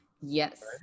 Yes